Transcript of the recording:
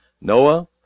Noah